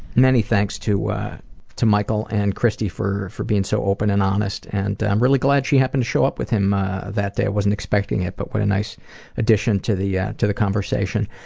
many thanks to to michael and christy for for being so open and honest and i'm really glad she happened to show up with him that day. i wasn't expecting it. but what a nice addition to the yeah to the conversation.